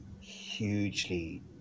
hugely